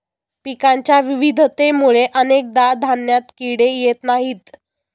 पिकांच्या विविधतेमुळे अनेकदा धान्यात किडे येत नाहीत